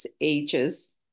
ages